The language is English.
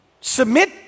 Submit